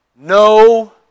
no